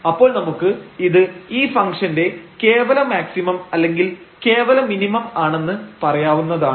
അപ്പോൾ നമുക്ക് ഇത് ഈ ഫംഗ്ഷന്റെ കേവല മാക്സിമം അല്ലെങ്കിൽ കേവല മിനിമം ആണെന്ന് പറയാവുന്നതാണ്